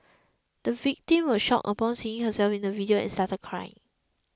the victim was shocked upon seeing herself in the video and started crying